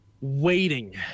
waiting